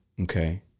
Okay